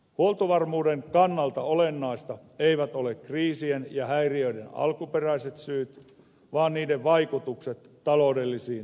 huoltovarmuuden kannalta olennaisia eivät ole kriisien ja häiriöiden alkuperäiset syyt vaan niiden vaikutukset taloudellisiin ydintoimintoihin